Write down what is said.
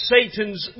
Satan's